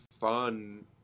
fun